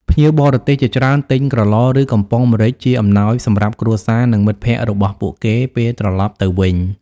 ភ្ញៀវបរទេសជាច្រើនទិញក្រឡ ឬ កំប៉ុងម្រេចជាអំណោយសម្រាប់គ្រួសារ និងមិត្តភ័ក្តិរបស់ពួកគេ ពេលត្រឡប់ទៅវិញ។